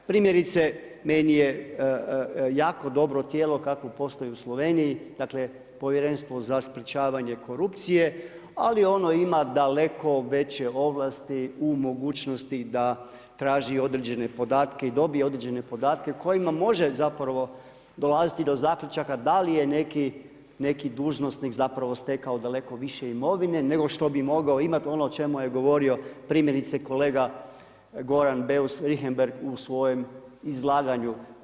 Primjerice, meni je jako dobro tijelo kako postoji u Sloveniji, dakle Povjerenstvo za sprečavanje korupcije ali ono ima daleko veće ovlasti u mogućnosti da traži određene podatke i dobije određene podatke kojima može zapravo dolaziti do zaključaka da li je neki dužnosnik zapravo stekao daleko više imovine nego što bi mogao imati, ono o čemu je govori primjerice kolega Goran Beus Richembergh u svojem izlaganju.